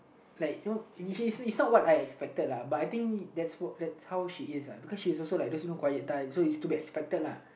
like you know initially it's it's not what I expected lah but I think that's what that's how she is uh because you know she is also like those you know quiet type so is to be expected lah